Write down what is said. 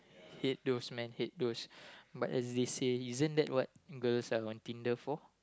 hate those man hate those but as they say isn't that what girls are on Tinder for